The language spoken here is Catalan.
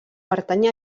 pertany